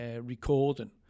recording